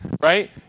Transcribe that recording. right